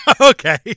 Okay